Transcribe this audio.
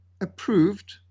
approved